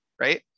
right